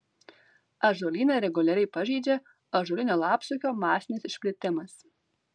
ąžuolyną reguliariai pažeidžia ąžuolinio lapsukio masinis išplitimas